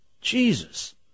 Jesus